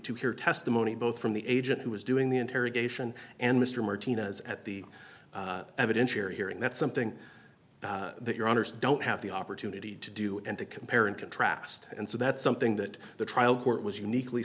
to hear testimony both from the agent who was doing the interrogation and mr martinez at the evidentiary hearing that's something that your honour's don't have the opportunity to do and to compare and contrast and so that's something that the trial court was uniquely